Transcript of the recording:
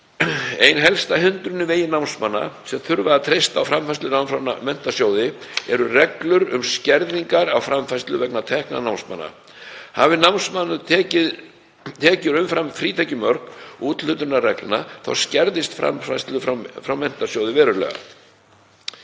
Ein helsta hindrunin í vegi námsmanna sem þurfa að treysta á framfærslulán frá Menntasjóði eru reglur um skerðingar á framfærslu vegna tekna námsmanna. Hafi námsmaður tekjur umfram frítekjumörk úthlutunarreglna skerðist framfærsla frá Menntasjóði verulega.